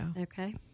okay